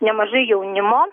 nemažai jaunimo